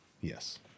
Yes